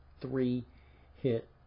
three-hit